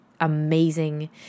amazing